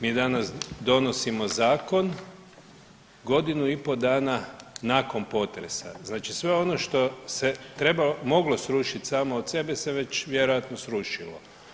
Mi danas donosimo zakon godinu i po dana nakon potresa, znači sve ono što se moglo srušiti samo od sebe se već vjerojatno srušilo.